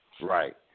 Right